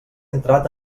entrat